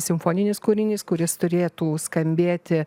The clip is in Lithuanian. simfoninis kūrinys kuris turėtų skambėti